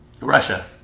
Russia